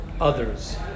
others